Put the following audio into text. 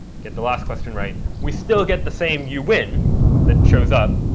get the last question right, we still get the same you win that shows up.